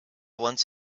once